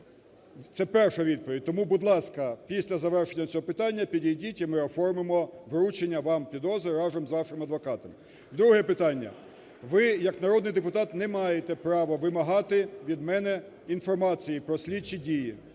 Це перша відповідь. Тому, будь ласка, після завершення цього питання підійдіть і ми оформимо вручення вам підозри разом з вашим адвокатом. Друге питання. Ви як народний депутат не маєте права вимагати від мене інформацію про слідчі дії,